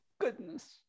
goodness